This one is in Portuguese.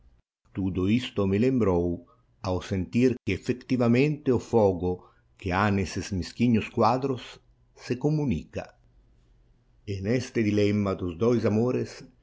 tudo isto me lembrou ao sentir que effectivamente o fogo que ha n'esses mesquinhos quadros se communica e n'este dilemma dos dois amores